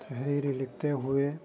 تحریریں لکھتے ہوئے